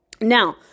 Now